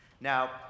Now